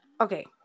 okay